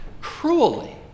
cruelly